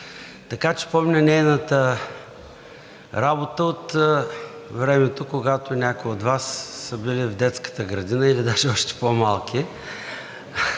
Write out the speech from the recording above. Така че помня нейната работа от времето, когато някои от Вас са били в детската градина или даже още по-малки.